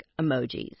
emojis